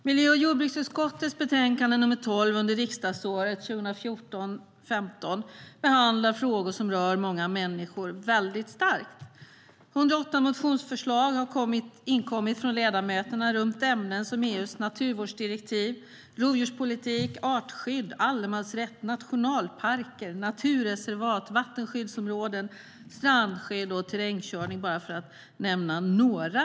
Miljö och jordbruksutskottets betänkande nr 12 under riksdagsåret 2014 p>Det har inkommit 108 motionsförslag från ledamöterna om ämnen som EU:s naturvårdsdirektiv, rovdjurspolitik, artskydd, allemansrätt, nationalparker, naturreservat, vattenskyddsområden, strandskydd och terrängkörning, för att bara nämna några.